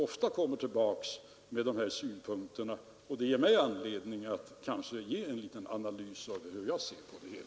Och en kamrer är i allmänhet en högt utbildad person, så jag är naturligtvis alldeles utomordentligt smickrad av den här jämförelsen.